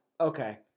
Okay